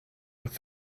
with